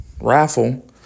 raffle